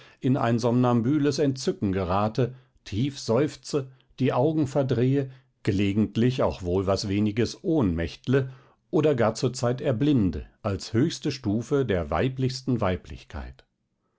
in ein somnambüles entzücken gerate tief seufze die augen verdrehe gelegentlich auch wohl was weniges ohnmächtle oder gar zurzeit erblinde als höchste stufe der weiblichsten weiblichkeit